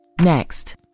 Next